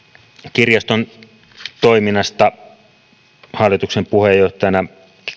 kirjaston toiminnasta hallituksen puheenjohtajana